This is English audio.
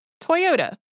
Toyota